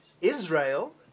israel